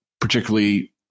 particularly